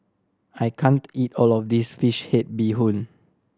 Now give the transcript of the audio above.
I can't eat all of this fish head bee hoon